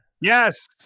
Yes